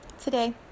today